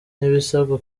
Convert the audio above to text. n’ibisabwa